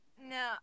No